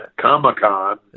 Comic-Con